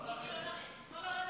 לא לרדת.